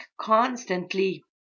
constantly